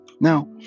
Now